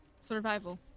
survival